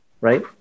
right